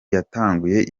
yatanguye